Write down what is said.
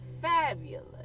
fabulous